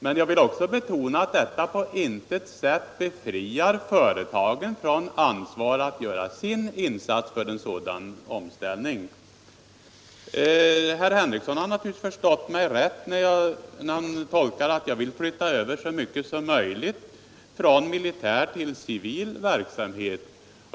Men jag vill betona att detta på intet sätt befriar företagen från ansvar för att göra sin insats för en sådan omställning. Herr Henrikson har naturligtvis förstått mig rätt när han gör den tolkningen att jag vill flytta över så mycket som möjligt från militär till civil verksamhet.